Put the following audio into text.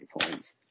points